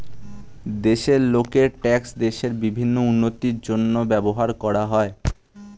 দেশের লোকের ট্যাক্স দেশের বিভিন্ন উন্নতির জন্য ব্যবহার করা হয়